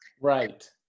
Right